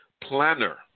planner